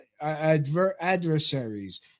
adversaries